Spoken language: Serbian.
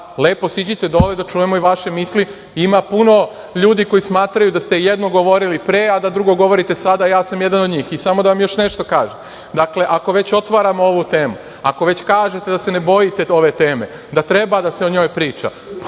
lepo, siđite dole, da čujemo i vaše misli. Ima puno ljudi koji smatraju da ste jedno govorili pre, a da drugo govorite sada, a ja sam jedan od njih .Samo da vam još nešto kažem, ako već otvaramo ovu temu, ako već kažete da se ne bojite ove teme, da treba da se o njoj priča,